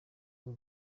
rwo